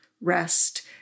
rest